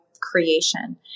creation